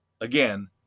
again